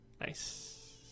Nice